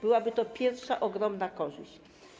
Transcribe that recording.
Byłaby to pierwsza ogromna korzyść.